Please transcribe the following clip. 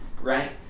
right